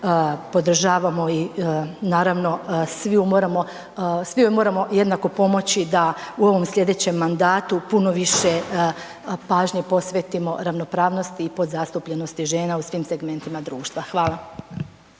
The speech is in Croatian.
podržavamo i naravno svi ju moramo, svi joj moramo jednako pomoći da u ovom slijedećem mandatu puno više pažnje posvetimo ravnopravnosti i podzastupljenosti žena u svim segmentima društva. Hvala.